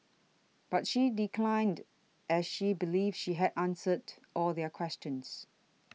but she declined as she believes she had answered all their questions